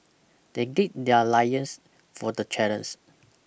they gird their lions for the challens